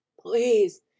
Please